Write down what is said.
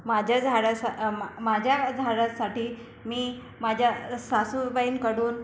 माझ्या झाडास माझ्या झाडासाठी मी माझ्या सासूबाईंकडून